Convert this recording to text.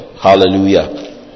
Hallelujah